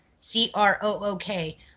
C-R-O-O-K